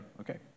okay